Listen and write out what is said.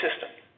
system